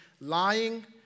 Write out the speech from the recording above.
lying